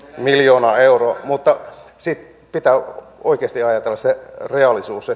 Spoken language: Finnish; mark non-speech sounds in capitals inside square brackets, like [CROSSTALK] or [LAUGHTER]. miljoonaa euroa mutta sitten pitää oikeasti ajatella se reaalisuus [UNINTELLIGIBLE]